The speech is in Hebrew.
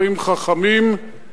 אומרים חכמים,